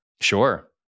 Sure